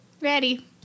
Ready